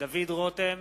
דוד רותם